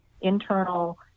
internal